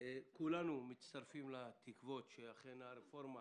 כולנו מצטרפים לתקוות שאכן הרפורמה